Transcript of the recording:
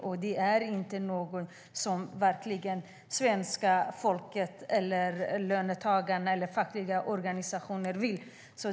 Det är verkligen ingenting som svenska folket, löntagarna eller de fackliga organisationerna vill.